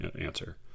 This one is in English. answer